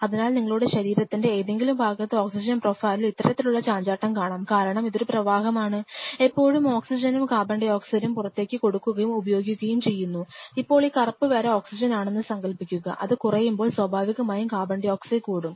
അതിനാൽ നിങ്ങളുടെ ശരീരത്തിന്റെ ഏതെങ്കിലും ഭാഗത്ത് ഓക്സിജൻ പ്രൊഫൈലിൽ ഇത്തരത്തിലുള്ള ചാഞ്ചാട്ടം കാണാം കാരണം ഇതൊരു പ്രവാഹമാണ് എപ്പോഴും ഓക്സിജനും കാർബൺഡൈഓക്സൈഡും പുറത്തേക്ക് കൊടുക്കുകയും ഉപയോഗിക്കുകയും ചെയ്യുന്നു ഇപ്പോൾ ഈ കറുപ്പ് വര ഓക്സിജൻ ആണെന്ന് സങ്കൽപ്പിക്കുക അത് കുറയുമ്പോൾ സ്വാഭാവികമായും കാർബൺഡയോക്സൈഡ് കൂടും